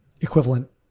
equivalent